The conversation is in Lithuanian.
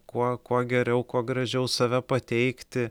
kuo kuo geriau kuo gražiau save pateikti